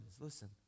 Listen